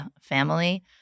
family